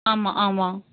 ஆமாம் ஆமாம்